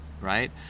right